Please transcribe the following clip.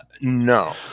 No